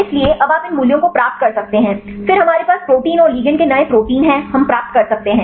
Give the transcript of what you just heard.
इसलिए अब आप इन मूल्यों को प्राप्त कर सकते हैं फिर हमारे पास प्रोटीन और लिगैंड के नए प्रोटीन हैं हम प्राप्त कर सकते हैं